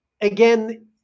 again